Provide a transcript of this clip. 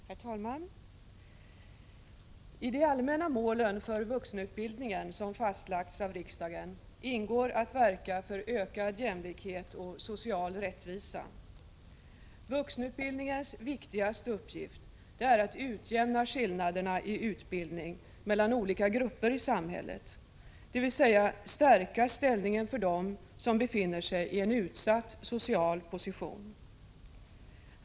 Herr talman! I de allmänna mål för vuxenutbildningen som fastlagts av riksdagen ingår att verka för ökad jämlikhet och social rättvisa. Vuxenutbildningens viktigaste uppgift är att utjämna skillnaderna i utbildning mellan olika grupper i samhället, dvs. stärka ställningen för dem som befinner sig i en utsatt social position.